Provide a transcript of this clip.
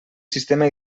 sistema